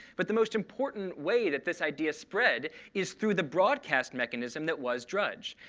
but the most important way that this idea spread is through the broadcast mechanism that was drudge.